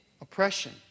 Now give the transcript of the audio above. oppression